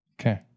Okay